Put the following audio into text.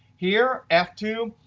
here, f two,